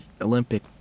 Olympic